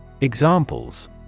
Examples